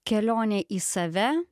kelionė į save